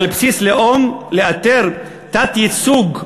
לאתר תת-ייצוג,